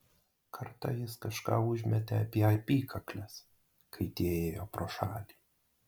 kartą jis kažką užmetė apie apykakles kai tie ėjo pro šalį